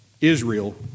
Israel